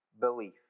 belief